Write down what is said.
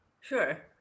Sure